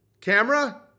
camera